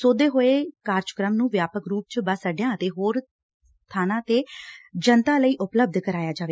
ਸੋਧੇ ਹੋਏ ਕਾਰਜਕ੍ਮ ਨੂੰ ਵਿਆਪਕ ਰੂਪ ਵਿਚ ਬੱਸ ਅੱਡਿਆਂ ਅਤੇ ਹੋਰ ਬਾਵਾਂ ਤੇ ਜਨਤਾ ਲਈ ਉਪਲਬਧ ਕਰਵਾਇਆ ਜਾਵੇ